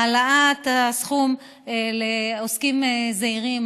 העלאת הסכום לעוסקים זעירים,